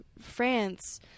France